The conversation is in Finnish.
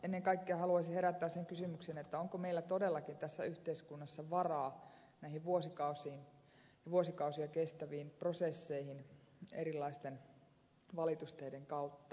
ennen kaikkea haluaisin herättää sen kysymyksen onko meillä todellakin tässä yhteiskunnassa varaa näihin vuosikausia kestäviin prosesseihin erilaisten valitusteiden kautta